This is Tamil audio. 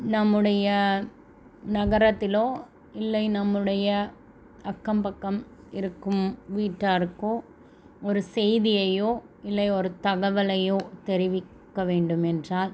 நம்முடைய நகரத்திலோ இல்லை நம்முடைய அக்கம் பக்கம் இருக்கும் வீட்டாருக்கோ ஒரு செய்தியையோ இல்லை ஒரு தகவலையோ தெரிவிக்க வேண்டுமென்றால்